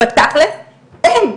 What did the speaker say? בתכל'ס, אין.